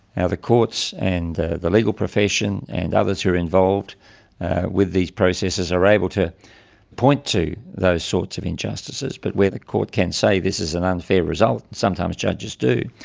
now, the courts and the the legal profession and others who are involved with these processes are able to point to those sorts of injustices, but where the court can say this is an unfair result, sometimes judges do.